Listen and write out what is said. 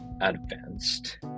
advanced